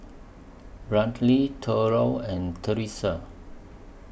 Brantley Thurlow and Teresa